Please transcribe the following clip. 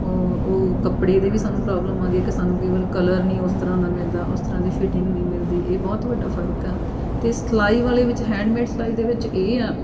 ਓ ਉਹ ਕੱਪੜੇ ਦੇ ਵੀ ਸਾਨੂੰ ਪ੍ਰੋਬਲਮ ਆਉਂਦੀ ਹੈ ਕਿ ਸਾਨੂੰ ਕਈ ਵਾਰ ਕਲਰ ਨਹੀਂ ਉਸ ਤਰ੍ਹਾਂ ਦਾ ਮਿਲਦਾ ਉਸ ਤਰ੍ਹਾਂ ਦੀ ਫਿਟਿੰਗ ਨਹੀਂ ਮਿਲਦੀ ਇਹ ਬਹੁਤ ਵੱਡਾ ਫ਼ਰਕ ਆ ਅਤੇ ਸਿਲਾਈ ਵਾਲੇ ਵਿੱਚ ਹੈਂਡਮੇਡ ਸਿਲਾਈ ਦੇ ਵਿੱਚ ਇਹ ਆ